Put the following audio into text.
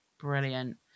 brilliant